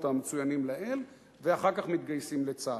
המצוינים להם ואחר כך מתגייסים לצה"ל.